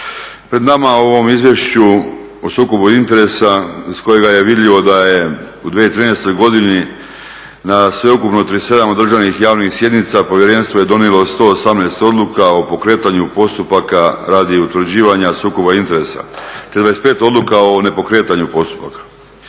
Pred nama u ovom izvješću o sukobu interesa iz kojega je vidljivo da je u 2013.godini na sveukupno 37 održanih javnih sjednica povjerenstvo je donijelo 118 odluka o pokretanju postupaka radi utvrđivanja sukoba interesa te 25 odluka o nepokretanju postupaka.